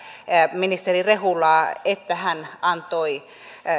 ministeri rehulaa että hän antoi